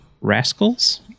Rascals